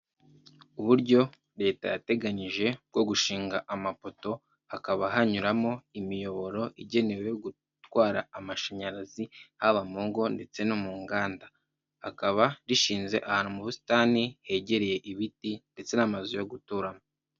Uburyo leta yateganyije bwo gushinga amapoto hakaba hanyuramo imiyoboro igenewe gutwara amashanyarazi haba mu ngo ndetse no mu nganda hakaba rishinze ahantu mu busitani hegereye ibiti ndetse n'amazu yo guturamo.